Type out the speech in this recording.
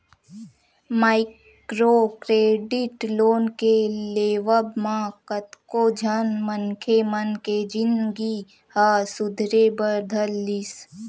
micro credit loan के लेवब म कतको झन मनखे मन के जिनगी ह सुधरे बर धर लिस